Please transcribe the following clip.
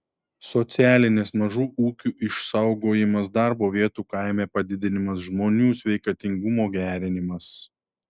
socialinės mažų ūkių išsaugojimas darbo vietų kaime padidinimas žmonių sveikatingumo gerinimas